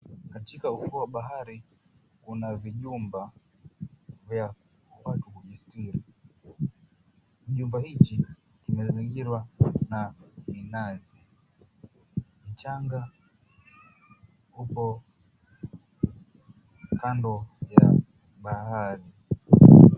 Katika ufuo wa bahari kuna vijumba vya watu kujisitiri. Nyumba hizi zimezingirwa na minazi. Mchanga upo kando ya bahari.